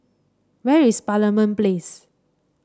where is Parliament Place